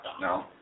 No